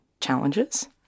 challenges